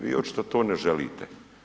Vi očito to ne želite.